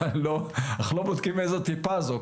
אנחנו לא בודקים איזו טיפה זו,